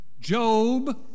Job